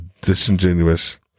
disingenuous